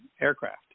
aircraft